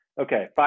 Okay